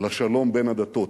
לשלום בין הדתות.